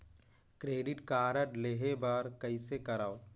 Credit card लेहे बर कइसे करव?